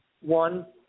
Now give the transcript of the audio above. One